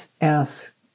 ask